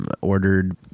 ordered